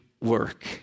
work